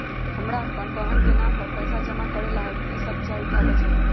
हमरा अपन बहन के नाम पर पैसा जमा करे ला कि सब चाहि कागज मे?